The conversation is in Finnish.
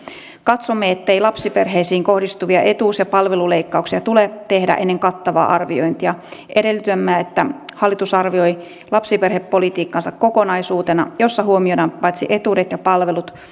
katsomme ettei lapsiperheisiin kohdistuvia etuus ja palveluleikkauksia tule tehdä ennen kattavaa arviointia edellytämme että hallitus arvioi lapsiperhepolitiikkansa kokonaisuutena jossa huomioidaan paitsi etuudet ja palvelut